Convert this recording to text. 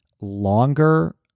longer